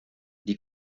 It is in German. die